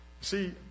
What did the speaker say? See